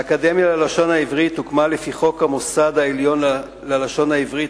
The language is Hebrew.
האקדמיה ללשון העברית הוקמה לפי חוק המוסד העליון ללשון העברית,